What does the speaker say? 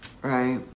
Right